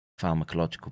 pharmacological